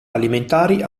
alimentari